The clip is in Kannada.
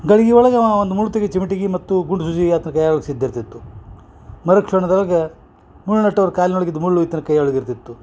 ಗಳಗಿ ಒಳಗ ಒಂದು ಮುಳ್ಳು ತೆಗಿ ಚಿಮಟಿಗಿ ಮತ್ತು ಗುಂಡ ಸೂಜಿ ಆತನ ಕೈಯೊಳಗ ಸಿದ ಇರ್ತಿತ್ತು ಮರುಕ್ಷಣದೊಳಗೆ ಮುಳ್ಳು ನಟ್ಟೋರ ಕಾಲಿನೊಳಗಿದ ಮುಳ್ಳು ಈತನ ಕೈಯೊಳಗ ಇರ್ತಿತ್ತು